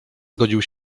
zgodził